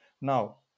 Now